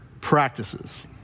practices